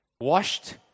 washed